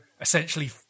essentially